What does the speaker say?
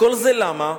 וכל זה למה?